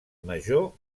major